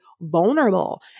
vulnerable